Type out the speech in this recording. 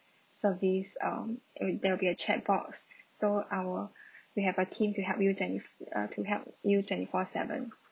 service um th~ there will be a chat box so our we have a team to help you twenty f~ uh to help you twenty four seven